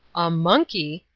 a monkey!